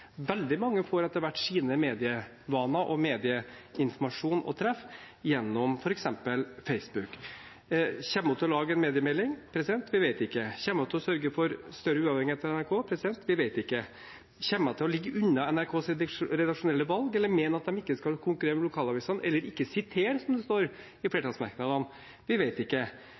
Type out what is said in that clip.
Veldig mange får etter hvert sine medievaner, medieinformasjon og treff gjennom f.eks. Facebook. Kommer hun til å lage en mediemelding? Vi vet ikke. Kommer hun til å sørge for større uavhengighet for NRK? Vi vet ikke. Kommer hun til å ligge unna NRKs redaksjonelle valg eller mene at de ikke skal konkurrere med lokalavisene – eller ikke sitere, som det står i flertallsmerknadene? Vi vet ikke.